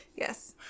yes